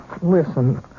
Listen